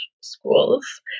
schools